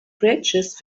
bridges